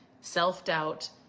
self-doubt